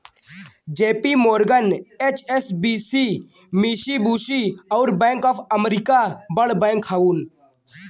JP Morgan, HSBC, Mitsubishi, अउर bank of America बड़ bank हउवन